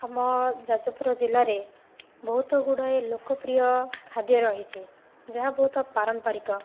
ଆମ ଯାଜପୁର ଜିଲ୍ଲାରେ ବହୁତ ଗୁଡ଼ାଏ ଲୋକପ୍ରିୟ ଖାଦ୍ୟ ରହିଛି ଯାହା ବହୁତ ପାରମ୍ପାରିକ